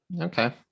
Okay